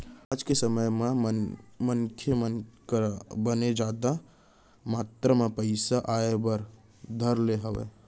आज के समे म मनसे मन करा बने जादा मातरा म पइसा आय बर धर ले हावय